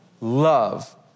love